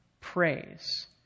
praise